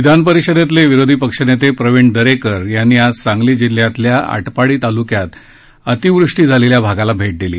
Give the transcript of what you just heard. विधान परिषदेतले विरोधी पक्षनेते प्रवीण दरेकर यांनी आज सांगली जिल्ह्यातल्या आटपाडी तालुक्यात अतिवृष्टी झालेल्या भागाला भेट दिली